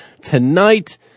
tonight